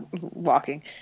walking